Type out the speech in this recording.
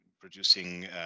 producing